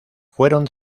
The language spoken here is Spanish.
fueron